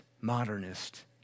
modernist